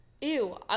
Ew